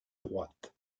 droite